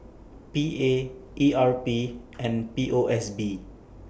P A E R P and P O S B